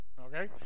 okay